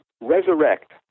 resurrect